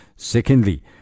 Secondly